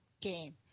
game